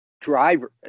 driver